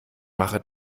mache